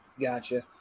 Gotcha